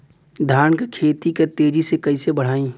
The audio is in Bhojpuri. धान क खेती के तेजी से कइसे बढ़ाई?